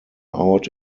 out